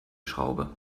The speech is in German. schraube